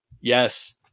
Yes